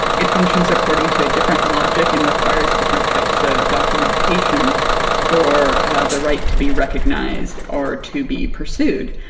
it functions according to a different logic and requires different types of documentation for the right to be recognised or to be pursued.